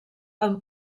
amb